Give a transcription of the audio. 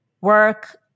work